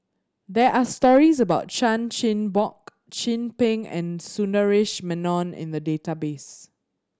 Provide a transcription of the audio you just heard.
there are stories about Chan Chin Bock Chin Peng and Sundaresh Menon in the database